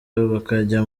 bakajya